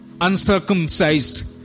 uncircumcised